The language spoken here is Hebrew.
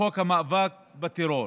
בחוק המאבק בטרור,